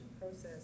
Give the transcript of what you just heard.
process